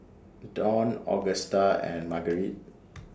Dawn Agusta and Marguerite